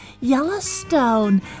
Yellowstone